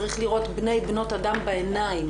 צריך לראות בני/בנות אדם בעיניים,